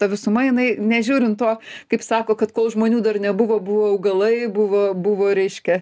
ta visuma jinai nežiūrint to kaip sako kad kol žmonių dar nebuvo buvo augalai buvo buvo reiškia